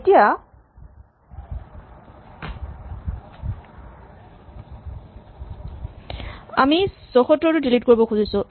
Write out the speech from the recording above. এতিয়া আমি ৭৪ ডিলিট কৰিব খুজিছোঁ